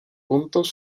puntos